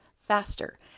faster